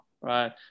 right